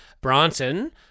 Bronson